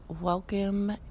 welcome